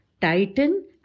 tighten